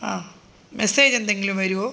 ആ മെസ്സേജ് എന്തെങ്കിലും വരുമോ